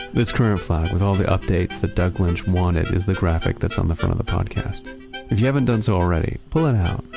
this current flag, with all the updates that doug lynch wanted, is the graphic that's on the front of the podcast if you haven't done so already, pull it out.